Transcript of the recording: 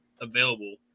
available